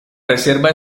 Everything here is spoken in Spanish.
reserva